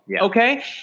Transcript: Okay